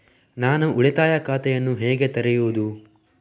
ನಾನು ಉಳಿತಾಯ ಖಾತೆಯನ್ನು ಹೇಗೆ ತೆರೆಯುದು?